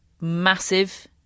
massive